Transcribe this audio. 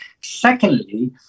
secondly